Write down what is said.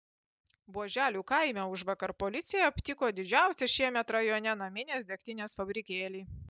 buoželių kaime užvakar policija aptiko didžiausią šiemet rajone naminės degtinės fabrikėlį